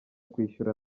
kwishyura